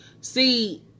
See